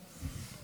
להכנתה